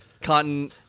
cotton